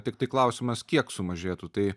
tiktai klausimas kiek sumažėtų tai